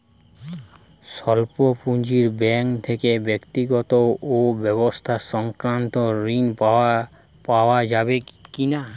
স্বল্প পুঁজির ব্যাঙ্ক থেকে ব্যক্তিগত ও ব্যবসা সংক্রান্ত ঋণ পাওয়া যাবে কিনা?